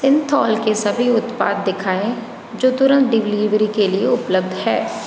सिंथौल के सभी उत्पाद दिखाएं जो तुरंत डिलीवरी के लिए उपलब्ध हैं